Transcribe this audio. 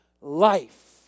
life